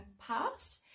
past